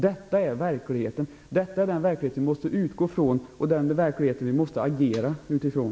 Detta är den verklighet som vi måste utgå från och agera från.